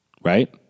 right